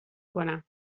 کنم